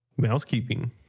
Mousekeeping